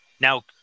Now